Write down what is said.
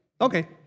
Okay